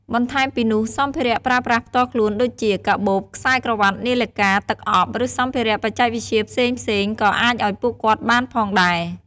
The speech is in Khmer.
បន្ថែមពីនោះសម្ភារៈប្រើប្រាស់ផ្ទាល់ខ្លួនដូចជា កាបូប ខ្សែក្រវ៉ាត់ នាឡិកា ទឹកអប់ ឬសម្ភារៈបច្ចេកវិទ្យាផ្សេងៗក៏អាចឲ្យពួកគាត់បានផងដែរ។